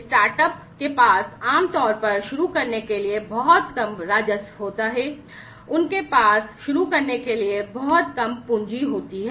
startup के पास आम तौर पर शुरू करने के लिए बहुत कम राजस्व होता है उनके पास शुरू करने के लिए बहुत कम पूंजी होती है